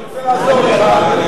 אני רוצה לעזור לך,